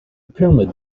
pyramid